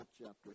chapter